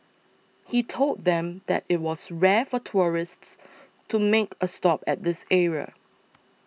he told them that it was rare for tourists to make a stop at this area